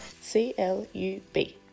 C-L-U-B